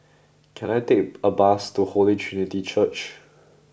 can I take a bus to Holy Trinity Church